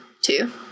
two